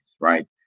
right